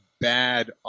bad